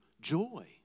joy